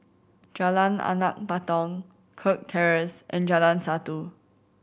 Jalan Anak Patong Kirk Terrace and Jalan Satu